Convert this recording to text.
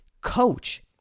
Coach